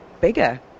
bigger